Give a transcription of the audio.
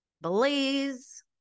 Blaze